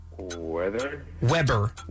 Weber